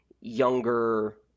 younger